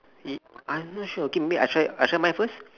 I'm not sure okay may I try I try mine first